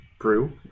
brew